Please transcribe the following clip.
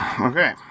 Okay